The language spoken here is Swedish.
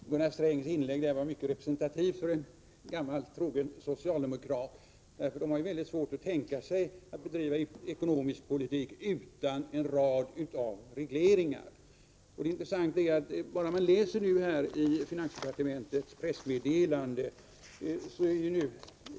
Herr talman! Jag tycker att Gunnar Strängs inlägg var mycket representativt för en gammal trogen socialdemokrat. Socialdemokraterna har svårt att tänka sig att bedriva ekonomisk politik utan en mängd regleringar. Det är intressant att läsa finansdepartementets pressmeddelande.